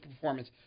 performance